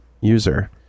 user